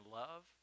love